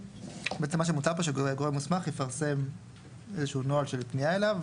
בעצם מה שמוצע פה זה שגורם מוסמך יפרסם איזה שהוא נוהל של פנייה אליו,